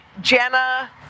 Jenna